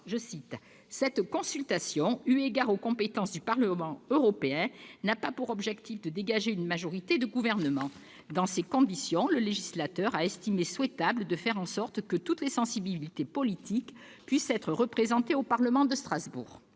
de 2003, « cette consultation, eu égard aux compétences du Parlement européen, n'a pas pour objet de dégager une majorité de Gouvernement. Dans ces conditions, le législateur a estimé souhaitable de faire en sorte que toutes les sensibilités politiques puissent être représentées au Parlement de Strasbourg ».